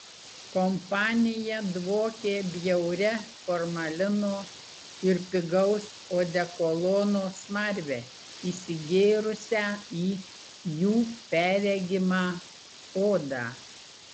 kompanija dvokė bjauria formalino ir pigaus odekolono smarve įsigėrusią į jų perregimą odą